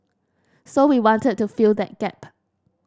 so we wanted to fill that gap